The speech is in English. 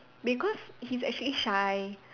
because he's actually shy